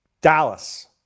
Dallas